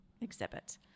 exhibit